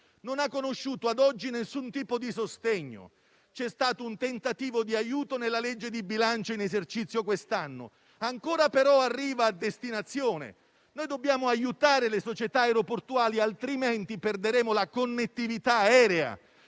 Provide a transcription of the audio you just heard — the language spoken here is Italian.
non ha conosciuto alcun tipo di sostegno. C'è stato un tentativo di aiuto nella legge di bilancio in esercizio quest'anno; ancora, però, deve arrivare a destinazione. Dobbiamo aiutare le società aeroportuali altrimenti perderemo la connettività aerea,